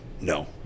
no